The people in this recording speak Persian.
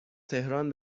تهران